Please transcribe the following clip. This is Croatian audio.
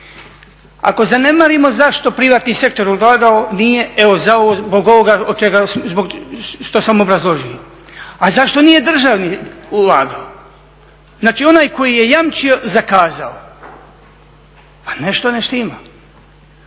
Ako zanemarimo zašto privatni sektor ulagao, nije, evo zbog ovoga što sam obrazložio, a zašto nije državni ulagao? Znači, onaj koji je jamčio zakazao. Pa nešto ne štima.